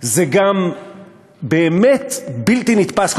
זה גם באמת בלתי נתפס,